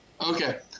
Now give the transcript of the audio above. Okay